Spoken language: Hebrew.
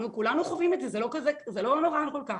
כולנו חווים את זה וזה לא נורא כל כך.